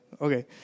Okay